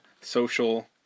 social